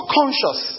conscious